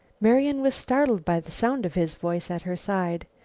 marian was startled by the sound of his voice at her side.